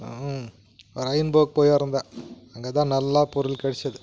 ம் ரயின்போ போயிருந்தேன் அங்கே தான் நல்லா பொருள் கிடச்சது